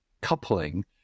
coupling